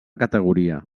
categoria